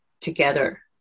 together